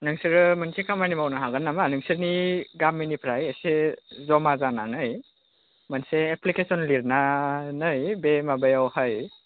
नोंसोरो मोनसे खामानि मावनो हागोन नामा नोंसोरनि गामिनिफ्राय एसे जमा जानानै मोनसे एप्लिकेसन लिरनानै बे माबायावहाय